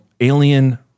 alien